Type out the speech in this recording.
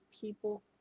people